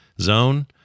zone